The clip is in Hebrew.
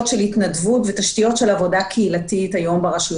של התנדבות ותשתיות של עבודה קהילתית.